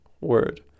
word